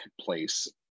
place